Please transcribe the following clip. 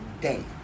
day